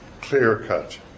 clear-cut